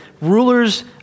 rulers